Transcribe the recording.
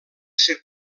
ser